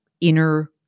inner